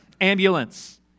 Ambulance